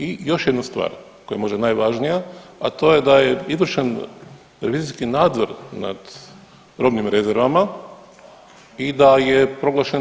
I još jednu stvar koja je možda najvažnija, a to je da je izvršen revizorski nadzor nad robnim rezervama i da je proglašen